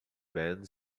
band